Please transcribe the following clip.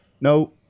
No